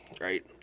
Right